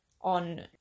on